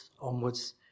onwards